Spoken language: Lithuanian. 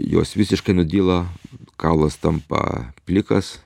jos visiškai nudyla kaulas tampa plikas